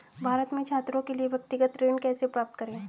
भारत में छात्रों के लिए व्यक्तिगत ऋण कैसे प्राप्त करें?